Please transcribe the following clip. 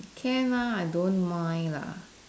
can lah I don't mind lah